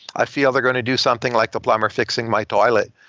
i feel they're going to do something like the plumber fixing my toilet.